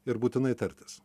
ir būtinai tartis